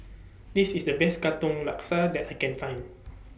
This IS The Best Katong Laksa that I Can Find